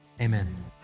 amen